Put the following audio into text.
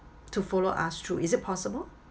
to follow us through is it possible